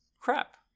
crap